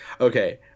Okay